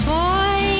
boy